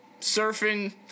surfing